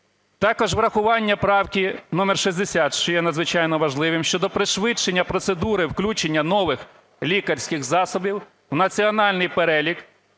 Також врахування правки номер 60, що є надзвичайно важливим, щодо пришвидшення процедури включення нових лікарських засобів в національний перелік